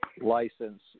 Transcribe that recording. license